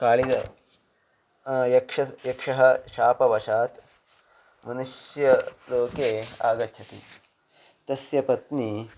काळिद यक्षस्य यक्षस्य शापवशात् मनुष्यलोके आगच्छति तस्य पत्नी